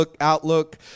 outlook